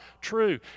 true